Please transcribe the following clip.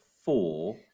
four